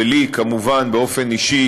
ולי כמובן באופן אישי,